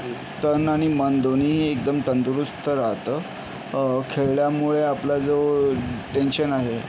तन आणि मन दोन्हीही एकदम तंदुरुस्त राहतं खेळल्यामुळे आपला जो टेन्शन आहे